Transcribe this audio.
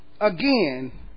again